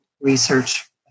research